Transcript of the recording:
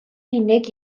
unig